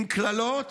עם קללות